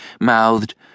mouthed